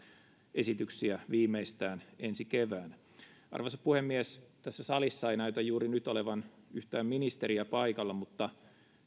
esityksiä viimeistään ensi keväänä arvoisa puhemies tässä salissa ei näytä juuri nyt olevan yhtään ministeriä paikalla mutta